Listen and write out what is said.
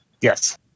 Yes